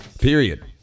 period